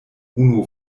unu